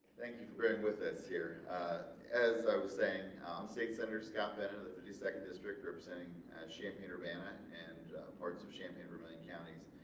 thank you for bearing with us here as i was saying i'm state senator scott bennett of the fifty second district representing champaign urbana and parts of champaign vermillion counties.